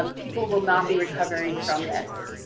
um people will not be recovering from this.